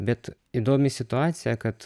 bet įdomi situacija kad